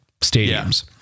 stadiums